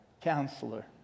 counselor